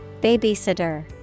Babysitter